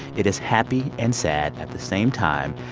it is happy and sad at the same time.